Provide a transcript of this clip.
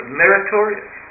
meritorious